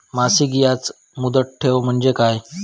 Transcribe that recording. मासिक याज मुदत ठेव म्हणजे काय?